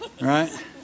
right